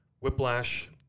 Whiplash